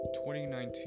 2019